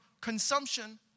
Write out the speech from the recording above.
consumption